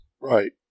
Right